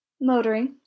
Motoring